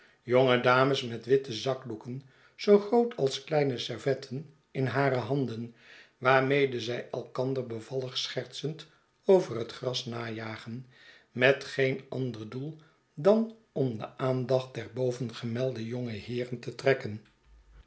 jonge dames met witte zakdoeken zoo groot als kleine servetten in hare handen waarmede zij elkander bevallig schertsend over het gras najagen met geen ander doel dan om de aandacht der bovengemelde jonge heeren te trekken